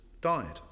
died